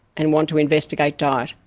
and want to investigate diet.